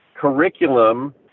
curriculum